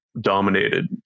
dominated